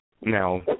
now